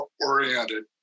oriented